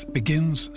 begins